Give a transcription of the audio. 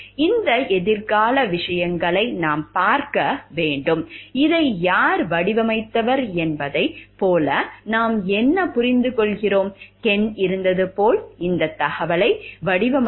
இந்த எதிர்கால விஷயங்களை நாம் பார்க்க வேண்டும் இதை யார் வடிவமைத்தவர் என்பதைப் போல நாம் என்ன புரிந்துகொள்கிறோம் கென் இருந்தது போல் இந்தத் தழுவலை வடிவமைத்தவர்